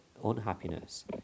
unhappiness